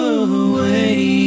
away